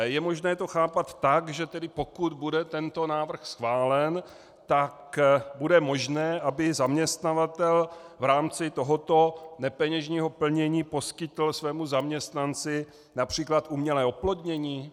Je možné to chápat tak, že pokud bude tento návrh schválen, tak bude možné, aby zaměstnavatel v rámci tohoto nepeněžního plnění poskytl svému zaměstnanci například umělé oplodnění?